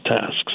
tasks